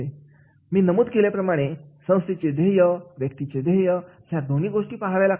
मी नमूद केल्याप्रमाणे संस्थेची ध्येय व्यक्तींची ध्येय ह्या दोन्ही गोष्टी पाहाव्या लागतात